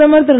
பிரதமர் திரு